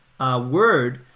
word